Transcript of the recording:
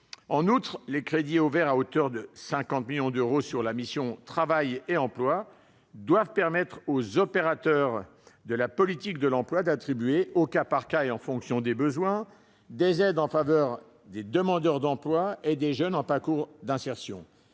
En outre, les crédits ouverts à hauteur de 50 millions d'euros sur la mission « Travail et emploi » permettraient aux opérateurs de la politique de l'emploi d'attribuer, au cas par cas et en fonction des besoins, des aides en faveur des demandeurs d'emploi et des jeunes en parcours d'insertion,